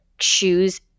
shoes